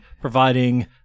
providing